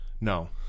No